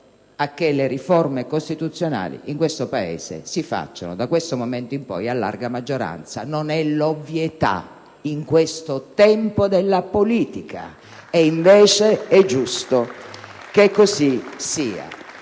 affinché le riforme costituzionali in questo Paese si facciano, da questo momento in poi, a larga maggioranza. Questa non è l'ovvietà, in questo tempo della politica, ed invece è giusto che così sia.